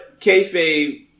kayfabe